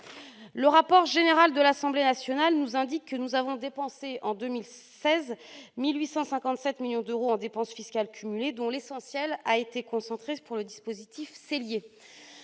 Le rapport général de l'Assemblée nationale nous indique que nous avons dépensé, en 2016, quelque 1 857 millions d'euros en dépense fiscale cumulée, dont l'essentiel porte sur le dispositif